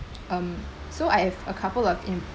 um so I have a couple of